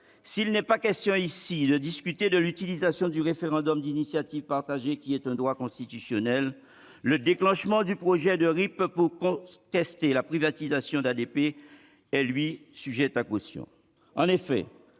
S'il n'est pas question ici de discuter de l'utilisation du référendum d'initiative partagée, qui est un droit constitutionnel, le déclenchement du projet de RIP pour contester la privatisation d'ADP est, lui, sujet à caution.